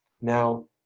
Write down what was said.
now